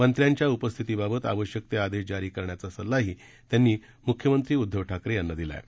मंत्र्यांच्या उपस्थितीबाबत आवश्यक ते आदेश जारी करण्याचा सल्लाही त्यांनी मुख्यमंत्री उद्दव ठाकरे यांना दिलाय